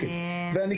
הנה,